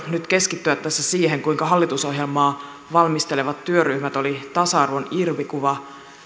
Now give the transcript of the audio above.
nyt keskittyä tässä siihen kuinka hallitusohjelmaa valmistelevat työryhmät olivat tasa arvon irvikuva